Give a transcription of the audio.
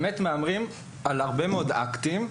אכן, מהמרים באמת על הרבה מאוד אקטים.